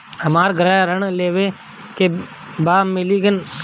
हमरा गृह ऋण लेवे के बा मिली का?